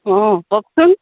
অঁ কওকচোন